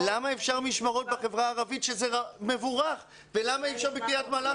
למה אפשר משמרות בחברה הערבית שזה מבורך ולמה אי אפשר בקריית מלאכי?